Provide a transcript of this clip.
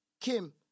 Kim